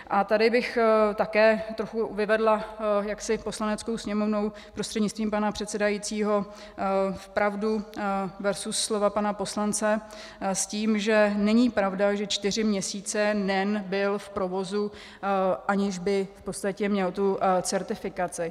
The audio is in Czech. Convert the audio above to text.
A tady bych také trochu vyvedla jaksi Poslaneckou sněmovnou prostřednictvím pana předsedajícího v pravdu versus slova pana poslance s tím, že není pravda, že čtyři měsíce NEN byl v provozu, aniž by v podstatě měl tu certifikaci.